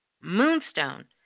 moonstone